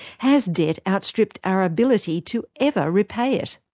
has debt outstripped our ability to ever repay it?